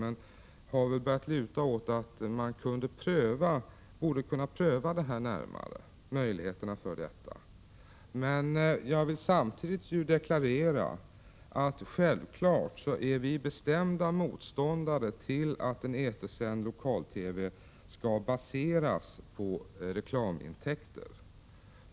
Vi har ändå börjat luta åt att man borde kunna närmare pröva möjligheterna för detta. Samtidigt vill jag deklarera att vi självfallet är bestämda motståndare till att en etersänd lokal-TV baseras på reklamintäkter.